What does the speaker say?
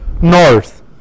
north